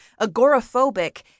agoraphobic